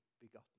begotten